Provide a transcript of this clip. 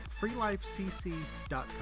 freelifecc.com